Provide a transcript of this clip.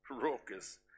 raucous